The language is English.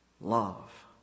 Love